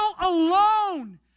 alone